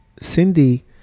Cindy